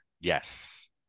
Yes